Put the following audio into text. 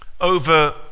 over